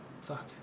fuck